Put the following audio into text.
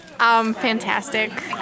Fantastic